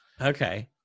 Okay